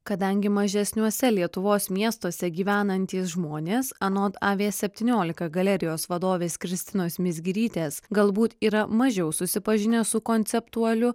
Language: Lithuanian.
kadangi mažesniuose lietuvos miestuose gyvenantys žmonės anot a vė septyniolika galerijos vadovės kristinos mizgirytės galbūt yra mažiau susipažinę su konceptualiu